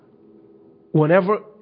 whenever